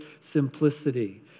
simplicity